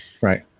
Right